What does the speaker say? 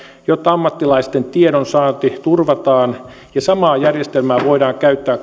jotta ammattilaisten tiedonsaanti turvataan ja samaa järjestelmää voidaan käyttää